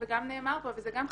וגם נאמר פה וזה גם חשוב,